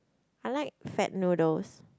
I like fat noodles